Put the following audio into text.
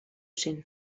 zen